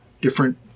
different